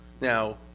Now